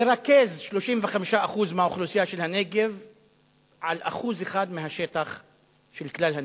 לרכז 35% מהאוכלוסייה של הנגב על 1% מהשטח של כלל הנגב,